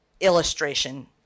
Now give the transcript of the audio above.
illustration